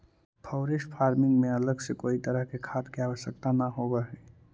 forest farming में अलग से कोई तरह के खाद के आवश्यकता न होवऽ हइ